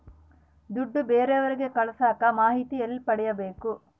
ದುಡ್ಡು ಬೇರೆಯವರಿಗೆ ಕಳಸಾಕ ಮಾಹಿತಿ ಎಲ್ಲಿ ಪಡೆಯಬೇಕು?